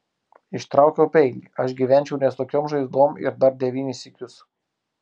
ištraukiau peilį aš gyvenčiau ne su tokiom žaizdom ir dar devynis sykius